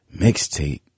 Mixtape